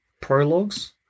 prologues